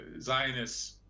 Zionists